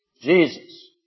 Jesus